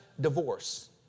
divorce